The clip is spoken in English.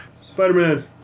Spider-Man